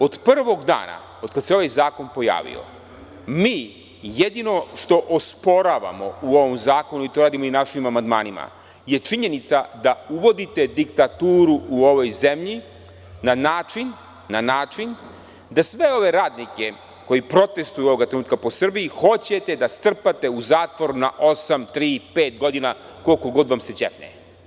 Od prvog dana od kada se ovaj zakon pojavio mi jedino što osporavamo u ovom zakonu, i to radimo našim amandmanima, je činjenica da uvodite diktaturu u ovoj zemlji na način da sve ove radnike koji protestuju ovoga trenutka po Srbiji hoćete da strpate u zatvor na osam, tri, pet godina, koliko god vam se ćefne.